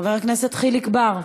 חבר הכנסת חיליק בר,